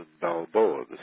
Balboa